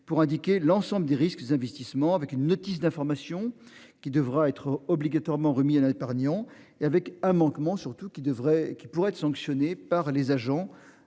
pour indiquer l'ensemble des risques investissements avec une notice d'information qui devra être obligatoirement remis à la épargnants et avec un manquement surtout qui devrait qui pourrait être sanctionné par les agents